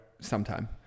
sometime